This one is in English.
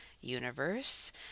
universe